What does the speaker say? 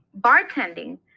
bartending